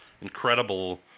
incredible